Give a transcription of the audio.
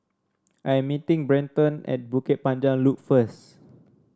I am meeting Brenton at Bukit Panjang Loop first